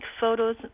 photos